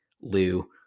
Lou